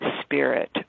spirit